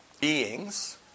beings